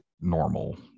normal